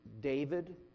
David